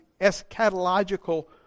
eschatological